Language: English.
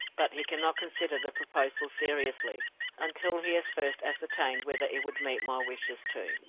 but he cannot consider the proposal seriously until he has first ascertained whether it would meet my wishes too.